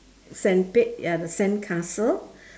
sandpit ya the sandcastle